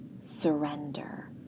surrender